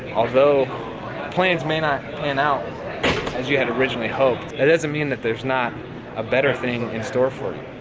although plans may not pan out as you had originally hoped, it doesn't mean that there's not a better thing in store for you.